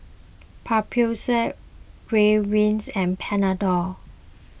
Papulex Ridwind and Panadol